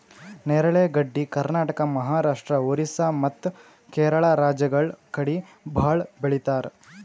ನೇರಳೆ ಗಡ್ಡಿ ಕರ್ನಾಟಕ, ಮಹಾರಾಷ್ಟ್ರ, ಓರಿಸ್ಸಾ ಮತ್ತ್ ಕೇರಳ ರಾಜ್ಯಗಳ್ ಕಡಿ ಭಾಳ್ ಬೆಳಿತಾರ್